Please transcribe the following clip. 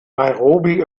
nairobi